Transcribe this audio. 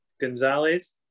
Gonzalez